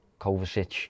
Kovacic